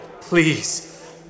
please